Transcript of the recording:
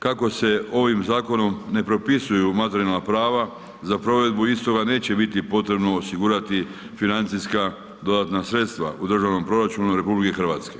Kako se ovim zakonom ne propisuju materijalna prava, za provedbu istoga neće biti potrebno osigurati financijska dodatna sredstva u državnom proračunu RH.